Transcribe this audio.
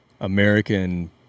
American